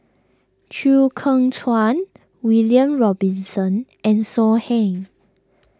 Chew Kheng Chuan William Robinson and So Heng